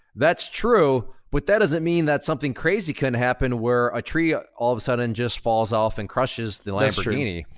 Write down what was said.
that's true, but that doesn't mean that something crazy couldn't happen where a tree ah all of a sudden falls off and crushes the lamborghini.